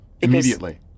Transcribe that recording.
Immediately